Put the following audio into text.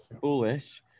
foolish